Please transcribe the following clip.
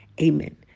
Amen